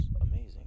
amazing